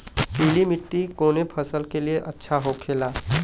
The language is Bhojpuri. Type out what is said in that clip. पीला मिट्टी कोने फसल के लिए अच्छा होखे ला?